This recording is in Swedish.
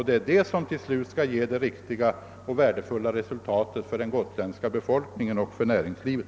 Det är därigenom som vi till slut skall få det riktiga och värdefulla resultatet för den gotländska befolkningen och för näringslivet.